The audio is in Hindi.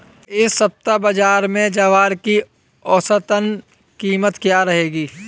इस सप्ताह बाज़ार में ज्वार की औसतन कीमत क्या रहेगी?